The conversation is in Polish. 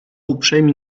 uprzejmi